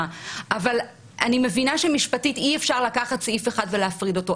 אבל אני מבינה שמשפטית אי אפשר לקחת סעיף אחד ולהפריד אותו.